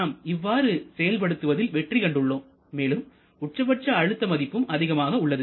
நாம் இவ்வாறு செயல்படுத்துவதில் வெற்றி கண்டுள்ளோம் மேலும் உச்சபட்ச அழுத்த மதிப்பும் அதிகமாக உள்ளது